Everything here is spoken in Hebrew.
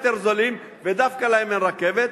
ודווקא להם אין רכבת.